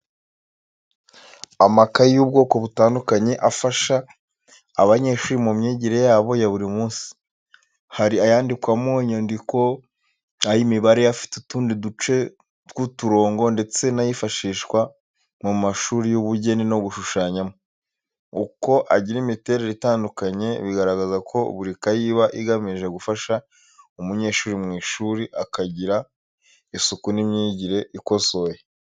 Amakayi y'ubwoko butandukanye afasha abanyeshuri mu myigire yabo ya buri munsi. Hari ayandikwamo inyandiko, ay’imibare afite utundi duce tw’umurongo, ndetse n’ayifashishwa mu mashuri y’ubugeni yo gushushanyamo. Uko agira imiterere itandukanye bigaragaza ko buri kayi iba igamije gufasha umunyeshuri mu ishuri akagira isuku n’imyigire ikosoye.